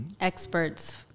Experts